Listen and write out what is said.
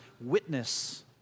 witness